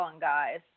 guys